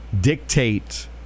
dictate